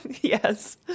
Yes